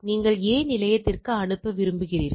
நீங்கள் A நிலையத்திற்கு அனுப்ப விரும்புகிறீர்கள்